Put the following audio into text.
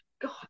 God